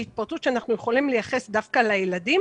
התפרצות שאנחנו יכולים לייחס דווקא לילדים.